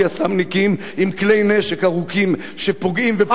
יס"מניקים עם כלי נשק ארוכים שפוגעים ופוצעים,